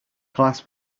class